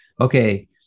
okay